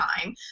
time